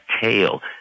tail